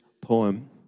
Poem